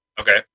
Okay